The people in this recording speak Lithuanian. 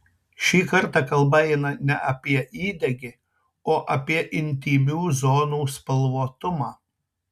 šį kartą kalba eina ne apie įdegį o apie intymių zonų spalvotumą